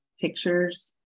pictures